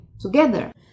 together